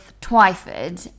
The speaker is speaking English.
Twyford